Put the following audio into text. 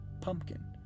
pumpkin